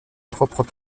propres